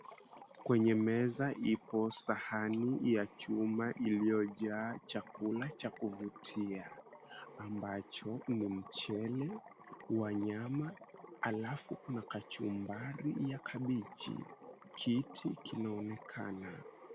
Kwenye meza ipo sahani ya chuma iliyojaa chakula cha kuvutia ambacho ni mchele wa nyama alafu kuna kachumbari ya kabeji. Kiti kinaonekana.